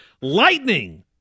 Lightning